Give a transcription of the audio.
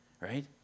Right